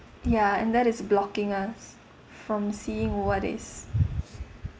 ya and that is blocking us from seeing what is